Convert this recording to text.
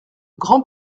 grand